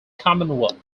commonwealth